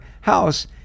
house